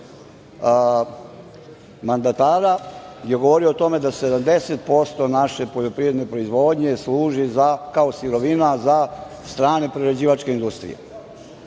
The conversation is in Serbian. mandatara je govorio o tome da 70% naše poljoprivredne proizvodnje služi kao sirovina za strane prerađivačke industrije.